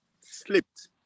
slipped